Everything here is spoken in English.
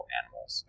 animals